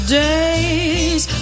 days